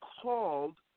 called